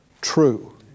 true